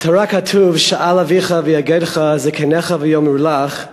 בתורה כתוב: "שאל אביך ויגדך זקניך ויאמרו לך",